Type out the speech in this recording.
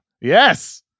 Yes